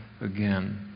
again